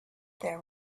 there